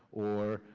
or,